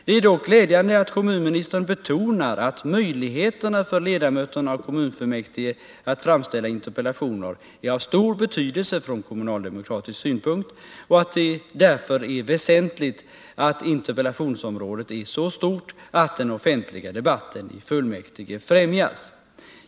Det är dock glädjande att kommunministern betonar att möjligheterna för ledamöterna av kommunfullmäktige att framställa interpellationer är av stor betydelse från kommunaldemokratisk synpunkt och att det därför är väsentligt att interpellationsområdet är så stort att den offentliga debatten i fullmäktige främjas.